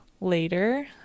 later